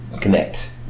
connect